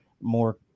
more